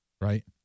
Right